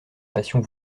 passion